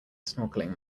snorkeling